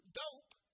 dope